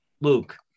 luke